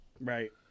Right